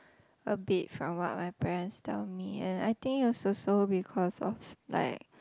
a bit from what my parents tell me and I think it's also because of like